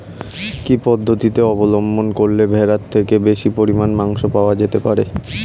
কি পদ্ধতিতে অবলম্বন করলে ভেড়ার থেকে বেশি পরিমাণে মাংস পাওয়া যেতে পারে?